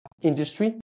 industry